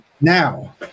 now